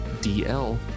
DL